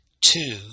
two